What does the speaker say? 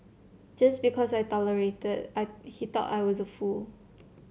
just because I tolerated I he thought I was a fool